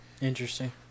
Interesting